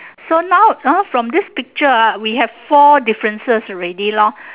so now now from this picture ah we have four differences already lor